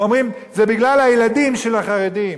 ואומרים: זה בגלל הילדים של החרדים.